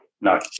No